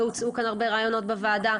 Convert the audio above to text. והוצעו כאן הרבה רעיונות בוועדה,